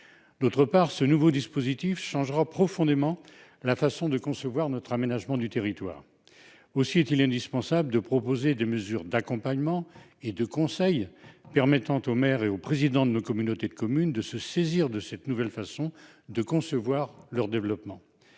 ailleurs, ce nouveau dispositif changera profondément la façon de concevoir notre aménagement du territoire. Aussi est-il indispensable de proposer des mesures d'accompagnement et de conseil permettant aux maires et aux présidents de nos communautés de communes de se saisir de cette nouvelle façon de concevoir leur développement.